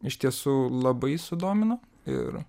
iš tiesų labai sudomino ir